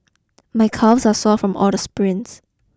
my calves are sore from all the sprints